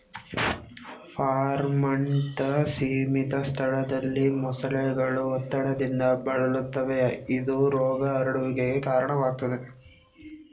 ಫಾರ್ಮ್ನಂತ ಸೀಮಿತ ಸ್ಥಳದಲ್ಲಿ ಮೊಸಳೆಗಳು ಒತ್ತಡದಿಂದ ಬಳಲುತ್ತವೆ ಇದು ರೋಗ ಹರಡುವಿಕೆಗೆ ಕಾರಣವಾಗ್ತದೆ